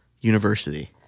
University